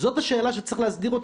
זאת השאלה שצריך להסדיר.